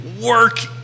work